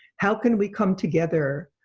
how can we come together,